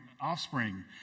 offspring